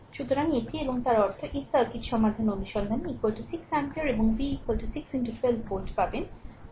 সুতরাং এটি এবং তার অর্থ এই সার্কিট সমাধান অনুসন্ধানে 6 অ্যাম্পিয়ার এবং v 6 12 ভোল্ট পাবেন